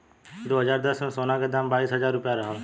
दू हज़ार दस में, सोना के दाम बाईस हजार रुपिया रहल